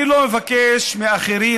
אני לא מבקש מאחרים,